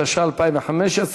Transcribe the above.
התשע"ה,2015.